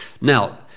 Now